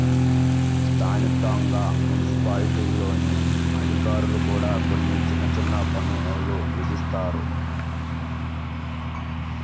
స్థానికంగా మున్సిపాలిటీల్లోని అధికారులు కూడా కొన్ని చిన్న చిన్న పన్నులు విధిస్తారు